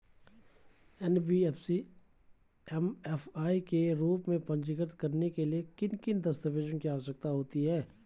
NBFC MFI के रूप में पंजीकृत कराने के लिए किन किन दस्तावेज़ों की आवश्यकता होती है?